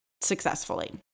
successfully